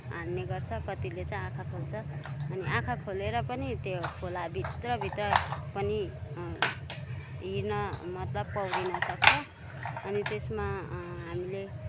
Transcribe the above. हान्ने गर्छ कतिले चाहिँ आँखा खोल्छ अनि आँखा खोलेर पनि त्यो खोला भित्रभित्र पनि हिँड्न मतलब पौडिनसक्छ अनि त्यसमा हामीले